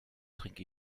trinke